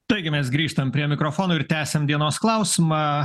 taigi mes grįžtam prie mikrofono ir tęsiam dienos klausimą